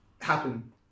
happen